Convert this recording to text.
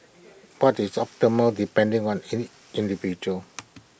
but it's optimal depending on any individual